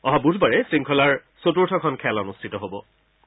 অহা বুধবাৰে শৃংখলাৰ চতুৰ্থখন খেল অনুষ্ঠিত হ'ব